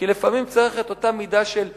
כי לפעמים צריך את אותה מידה של איזון,